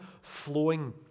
flowing